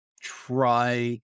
try